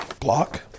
block